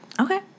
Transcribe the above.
Okay